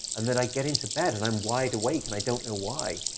and then i get into bed and i'm wide awake, and i don't know why.